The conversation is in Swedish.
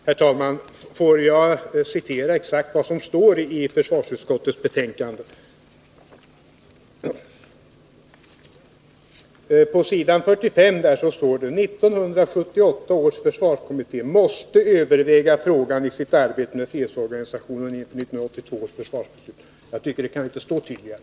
Herr talman! Får jag citera exakt vad som står i försvarsutskottets betänkande på s. 45: ”1978 års försvarskommitté måste överväga frågan i sitt arbete med fredsorganisationen inför 1982 års försvarsbeslut.” Det kan inte sägas tydligare.